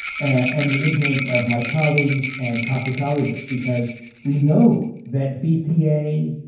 and the ignorance of my colleagues and toxicologists, because we know that bpa,